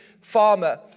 farmer